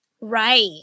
Right